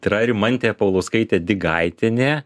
tai yra rimantė paulauskaitė digaitienė